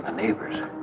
neighbors.